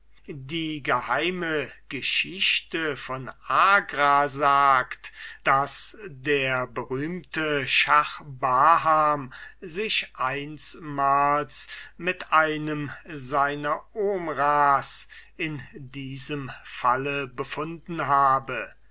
die geheime geschichte von agra sagt daß der berühmte schah baham sich einsmals mit einem seiner omrahs in diesem falle befunden habe